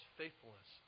faithfulness